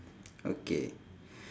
okay